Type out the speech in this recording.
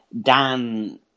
Dan